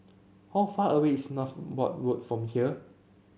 how far away is Northolt Road from here